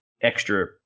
extra